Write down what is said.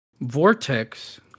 Vortex